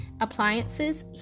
appliances